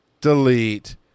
delete